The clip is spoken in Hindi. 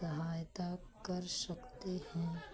सहायता कर सकते हैं